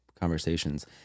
conversations